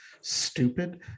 stupid